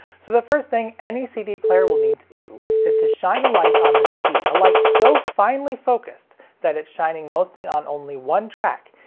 so the first thing any cd player will need to do is to shine a light on the cd, a light so finely focused that it's shining mostly on only one track,